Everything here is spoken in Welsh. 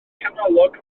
canolog